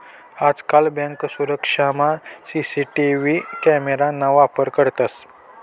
आजकाल बँक सुरक्षामा CCTV camera ना वापर करतंस